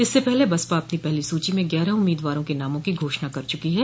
इससे पहले बसपा अपनी पहली सूची में ग्यारह उम्मीदवारों के नामों की घोषणा कर चुकी है